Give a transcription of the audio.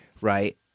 right